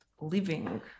living